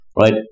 right